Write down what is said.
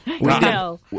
No